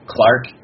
Clark